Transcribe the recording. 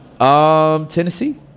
Tennessee